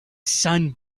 sun